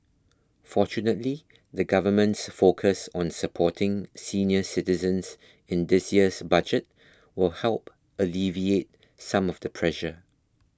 fortunately the government's focus on supporting senior citizens in this year's budget will help alleviate some of the pressure